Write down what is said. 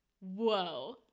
Whoa